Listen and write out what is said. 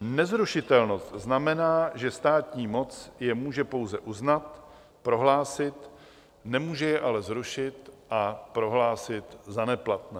Nezrušitelnost znamená, že státní moc je může pouze uznat, prohlásit, nemůže je ale zrušit a prohlásit za neplatné.